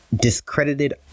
discredited